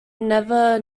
never